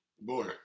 Boy